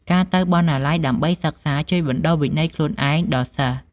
ការទៅបណ្ណាល័យដើម្បីសិក្សា ជួយបណ្ដុះ វិន័យខ្លួនឯង ដល់សិស្ស។